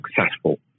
successful